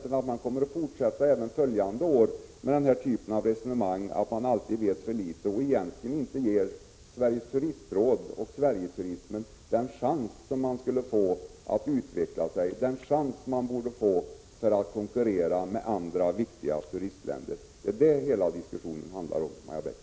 Vi inom centern befarar att man även under följande år kommer att fortsätta med resonemang om att man vet för litet och egentligen inte ger Sveriges turistråd och Sverigeturismen chans att utvecklas och att konkurrera med vad andra viktiga turistländer har att bjuda på. Det är detta som hela diskussionen handlar om, Maja Bäckström.